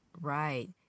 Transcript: Right